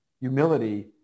humility